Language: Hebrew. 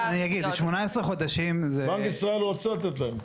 18 חודשים זה --- בנק ישראל רוצה לתת להם.